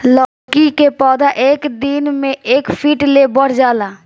लैकी के पौधा एक दिन मे एक फिट ले बढ़ जाला